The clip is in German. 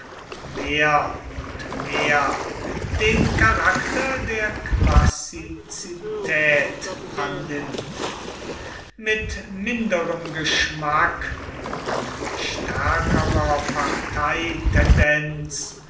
mehr und mehr den charakter der klassizität annimmt mit minderem geschmack und stärkerer